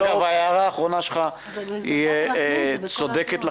ההערה האחרונה שלך היא צודקת לחלוטין.